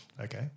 okay